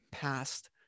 past